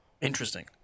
Interesting